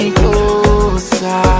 closer